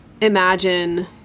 imagine